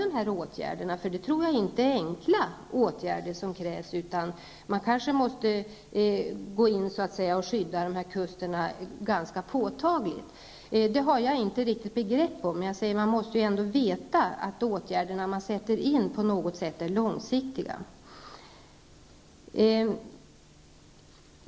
Jag tror nämligen inte att det är enkla åtgärder som krävs, utan man kanske måste gå in och skydda dessa kuster ganska påtagligt. Det har jag inte riktigt begrepp om. Men man måste ändå veta att de åtgärder som vidtas är långsiktiga.